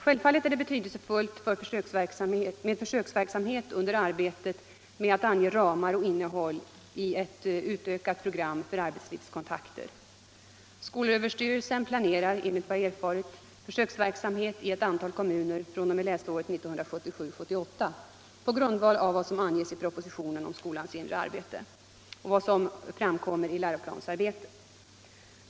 Självfallet är det betydelsefullt med försöksverksamhet under arbetet med att ange ramar och innehåll i ett utökat program för arbetslivskontakter. Skolöverstyrelsen planerar enligt vad jag erfarit försöksverksamhet i ett antal kommuner fr.o.m. läsåret 1977/78 på grundval av vad som anges i propositionen om skolans inre arbete och vad som framkommer i läroplansarbetet.